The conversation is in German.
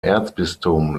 erzbistum